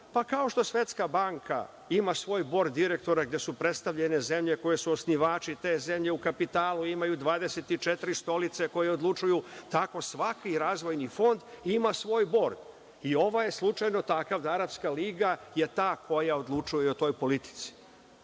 Kao što Svetska banka ima svoj bord direktora gde su predstavljene zemlje koje su osnivači te zemlje u kapitalu imaju 24 stolice koje odlučuju, tako svaki razvojni fond ima svoj bord i ovaj je slučajno takav da Arapska liga je ta koja odlučuje o toj politici.